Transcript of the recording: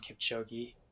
Kipchoge